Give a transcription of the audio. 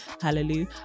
hallelujah